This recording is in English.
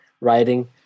writing